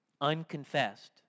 unconfessed